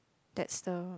that's the